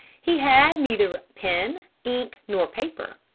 he had neither pen, ink, nor paper.